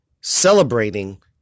celebrating